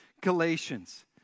Galatians